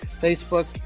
Facebook